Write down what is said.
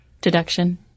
deduction